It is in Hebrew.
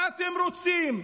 מה אתם רוצים,